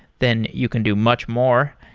then you can do much more.